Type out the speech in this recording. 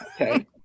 okay